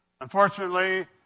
Unfortunately